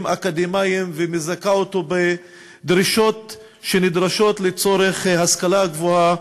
אקדמיים ומזכה אותו בדרישות שנדרשות לצורך ההשכלה הגבוהה,